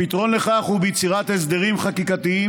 הפתרון לכך הוא יצירת הסדרים חקיקתיים